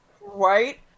Right